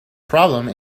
problems